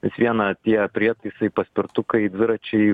vis viena tie prietaisai paspirtukai dviračiai